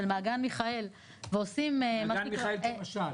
של מעגן מיכאל ועושים --- מעגן מיכאל כמשל.